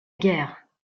guerre